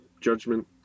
judgment